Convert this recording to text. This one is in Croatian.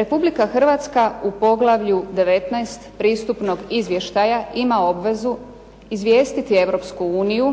Republika Hrvatska u poglavlju 19. pristupnog izvještaja ima obvezu izvijestiti Europsku uniju